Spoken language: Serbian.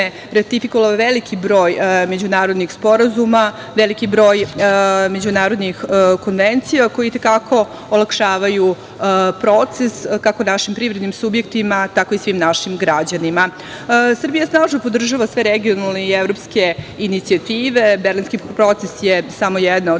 ratifikovala veliki broj međunarodnih sporazuma, veliki broj međunarodnih konvencija koje i te kako olakšavaju proces, kako našim privrednim subjektima, tako i svim našim građanima. Srbija snažno podržava sve regionalne i evropske inicijative, Berlinski proces je samo jedna od